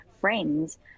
friends